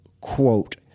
quote